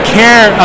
care